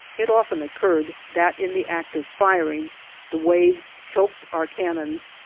it often occurred that in the act of firing the waves choked our cannons,